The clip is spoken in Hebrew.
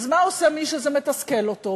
אז מה עושה מי שזה מתסכל אותו?